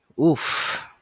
Oof